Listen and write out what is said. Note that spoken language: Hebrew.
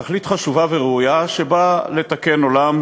תכלית חשובה וראויה שבאה לתקן עולם,